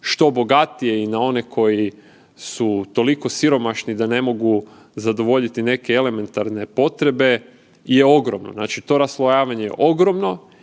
što bogatije i na one koji su toliko siromašni da ne mogu zadovoljiti neke elementarne potrebe je ogromno, znači to raslojavanje je ogromno